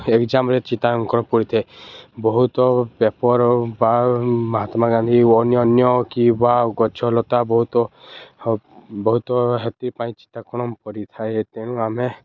ଏକ୍ଜାମ୍ରେ ଚିତ୍ରାଙ୍କନ ପଡ଼ିଥାଏ ବହୁତ ପେପର୍ ବା ମହାତ୍ମା ଗାନ୍ଧୀ ଅନ୍ୟ ଅନ୍ୟ କିବା ଗଛଲତା ବହୁତ ବହୁତ ହେଥି ପାଇଁ ଚିତ୍ରାଙ୍କନ ପଡ଼ିଥାଏ ତେଣୁ ଆମେ